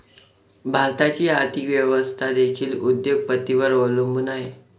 भारताची आर्थिक व्यवस्था देखील उद्योग पतींवर अवलंबून आहे